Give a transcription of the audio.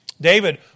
David